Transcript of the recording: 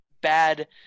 bad –